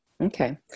Okay